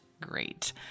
great